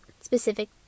specific